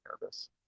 nervous